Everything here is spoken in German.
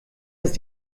ist